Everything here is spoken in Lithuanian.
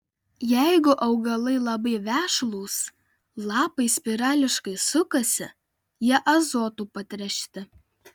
jeigu augalai labai vešlūs lapai spirališkai sukasi jie azotu patręšti